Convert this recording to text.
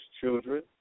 children